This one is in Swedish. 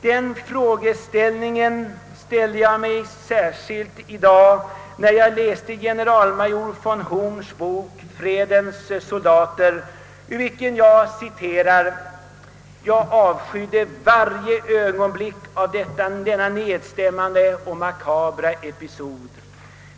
Den frågan ställde jag mig särskilt i dag när jag läste generalmajor von Horns bok »Fredens soldater» ur vilken jag citerar: »Jag avskydde varje ögonblick av denna nedstämmande och makabra episod.